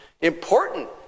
important